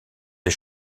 des